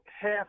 half